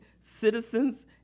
citizens